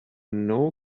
know